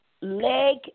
leg